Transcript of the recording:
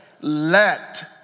let